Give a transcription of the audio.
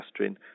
gastrin